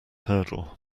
hurdle